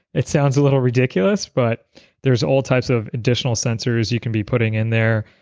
it sounds a little ridiculous, but there's all types of additional sensors you can be putting in there.